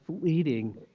fleeting